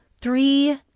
three